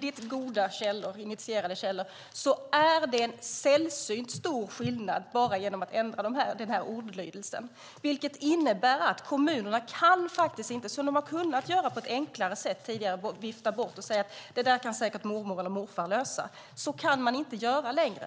mycket goda och initierade källor innebär det en sällsynt stor skillnad bara att ändra denna ordalydelse. Detta innebär att kommunerna faktiskt inte kan - som de tidigare på ett enklare sätt har kunnat göra - vifta bort detta genom att säga att mormor eller morfar säkert kan lösa detta. Så kan de inte göra längre.